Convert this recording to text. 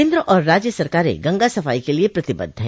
केन्द्र और राज्य सरकारें गंगा सफाई के लिये प्रतिबद्ध हैं